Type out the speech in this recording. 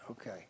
Okay